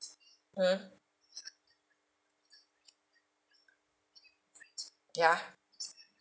hmm yeah